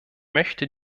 möchte